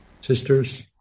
Sisters